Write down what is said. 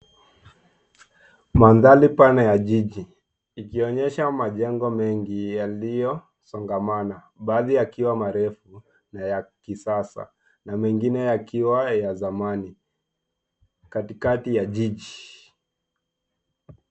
Mandhari pana ya jiji ikionyesha majengo mengi yaliyosongamana baadhi yakiwa marefu na ya kisasa na mengine yakiwa ya zamani, katikati ya jiji.